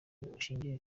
bushingiye